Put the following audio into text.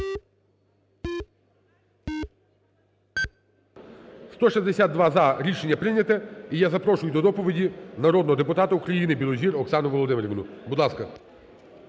За-162 Рішення прийнято. І я запрошую до доповіді народного депутата України Білозір Оксану Володимирівну, будь ласка.